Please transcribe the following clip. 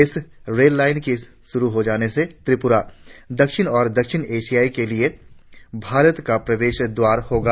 इस rail line के शुरु हो जाने से त्रिपुरा दक्षिण और दक्षिण एशिया के लिये भारत का प्रवेश द्वारा होगा